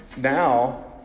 Now